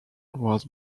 was